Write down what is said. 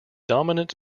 dominant